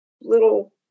little